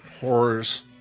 horrors